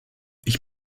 ich